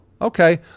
okay